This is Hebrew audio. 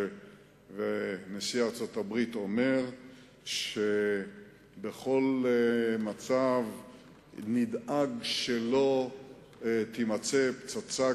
שנשיא ארצות-הברית אומר שבכל מצב נדאג שלא תימצא פצצה